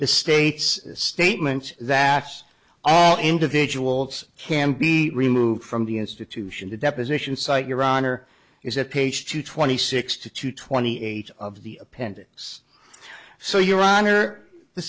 the state's statement that it's all individuals can be removed from the institution the deposition cite your honor is at page two twenty six to two twenty eight of the appendix so your honor the